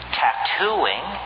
tattooing